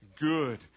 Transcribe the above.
good